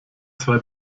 zwei